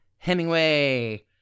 hemingway